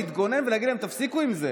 להתגונן ולהגיד להם: תפסיקו עם זה,